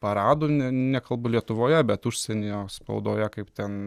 paradų ne nekalbu lietuvoje bet užsienyje spaudoje kaip ten